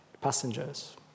passengers